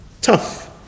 tough